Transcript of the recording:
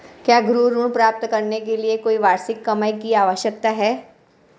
क्या गृह ऋण प्राप्त करने के लिए कोई वार्षिक कमाई की आवश्यकता है?